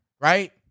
right